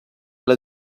alla